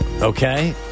Okay